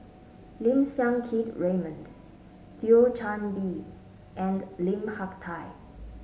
Lim Siang Keat Raymond Thio Chan Bee and Lim Hak Tai